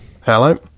Hello